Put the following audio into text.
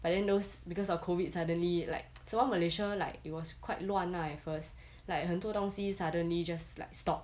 but then those because of COVID suddenly like some more malaysia like it was quite 乱 at first like 很多东西 suddenly just like stop